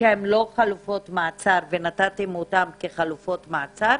שהם לא חלופות מעצר ונתתם אותם כחלופות מעצר,